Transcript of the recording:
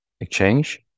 exchange